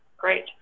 great